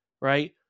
right